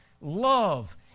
love